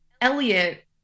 Elliot